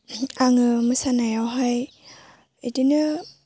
आङो मोसानायावहाय बिदिनो